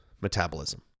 metabolism